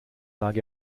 lag